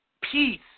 peace